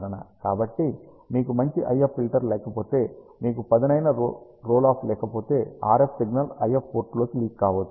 కాబట్టి మీకు మంచి IF ఫిల్టర్ లేకపోతే మీకు పదునైన రోల్ ఆఫ్ లేకపోతే RF సిగ్నల్ IF పోర్టులోకి లీక్ కావచ్చు